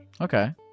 Okay